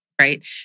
right